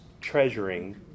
Treasuring